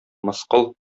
мыскыл